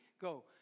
Go